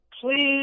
Please